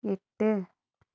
எட்டு